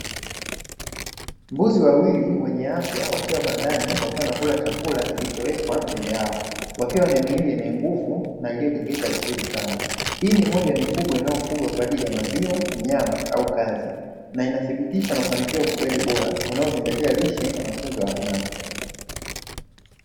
Mbuzi wawili wenye afya wakiwa ndani ya banda wakiwa wanakula chakula kilichowekwa mbele yao, wakiwa na miili yenye nguvu na iliyojengekeka vizuri sana. Hii ni moja ya mifugo inayofugwa kwa ajili ya maziwa, nyama au kazi; na inathibitisha mafanikio ya ufugaji bora unaozingatia lishe na matunzo ya wanyama.